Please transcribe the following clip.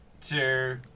two